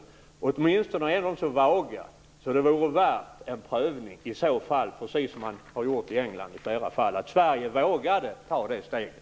De är åtminstone så vaga att det vore värt en prövning precis som man i flera fall har gjort i England och att Sverige vågade ta det steget.